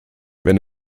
wenn